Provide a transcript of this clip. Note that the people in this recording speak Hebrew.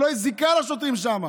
שלא תהיה זיקה לשוטרים שם.